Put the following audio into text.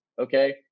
Okay